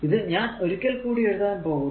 ഇത് ഞാൻ ഒരിക്കൽ കൂടി എഴുതാൻ പോകുന്നു